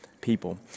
people